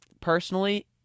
personally